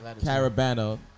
Carabana